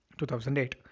2008